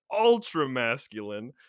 ultra-masculine